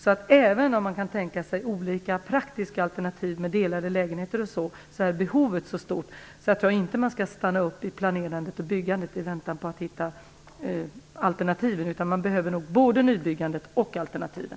Även om man kan tänka sig olika praktiska alternativ med t.ex. delade lägenheter är behovet stort. Jag tror inte att man skall stanna upp i planerandet och byggandet i väntan på att hitta alternativen. Man behöver nog både nybyggandet och alternativen.